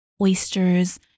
oysters